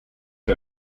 für